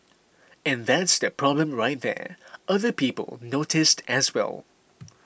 and that's the problem right there other people noticed as well